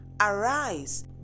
Arise